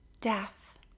death